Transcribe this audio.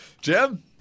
Jim